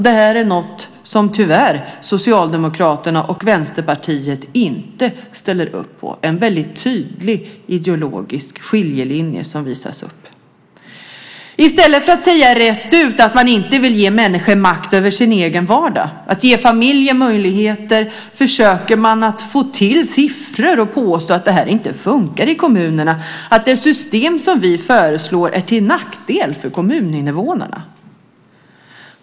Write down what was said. Det här är något som, tyvärr, Socialdemokraterna och Vänsterpartiet inte ställer upp på. Det är en väldigt tydlig ideologisk skiljelinje som visas upp. I stället för att säga rent ut att man inte vill ge människor makt över sin egen vardag och ge familjer möjligheter försöker man få till siffror och påstå att det här inte funkar i kommunerna, att det system som vi föreslår är till nackdel för kommuninvånarna.